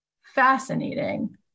fascinating